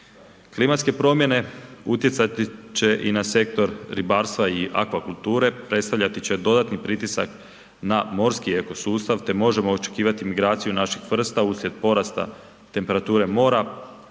Klimatske promjene utjecati će i na sektor ribarstva i akvakulture, predstavljati će dodatni pritisak na morski ekosustav te možemo očekivati migraciju naših vrsta uslijed porasta temperature mora,